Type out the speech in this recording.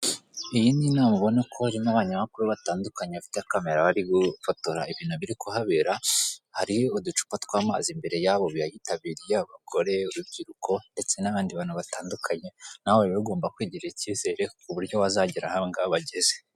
Iyi ni inama ubona ko irimo abanyamakuru batandukanye bafite kamera bari gufotora ibintu biri kuhabera hari uducupa tw'amazi imbere yabo biyitabiriye abagore, urubyiruko ndetse n'abandi bantu batandukanye na rero ugomba kwigirira icyizere ku buryo wazagera aho abangaba bageze.